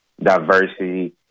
diversity